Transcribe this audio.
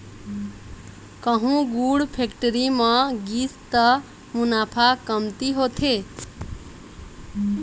कहूँ गुड़ फेक्टरी म गिस त मुनाफा कमती होथे